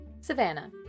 Savannah